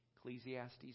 Ecclesiastes